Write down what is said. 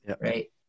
right